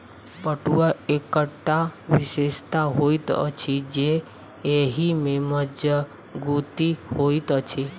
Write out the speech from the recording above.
पटुआक एकटा विशेषता होइत अछि जे एहि मे मजगुती होइत अछि